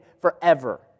forever